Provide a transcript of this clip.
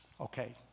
Okay